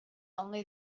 only